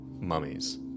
mummies